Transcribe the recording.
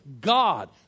God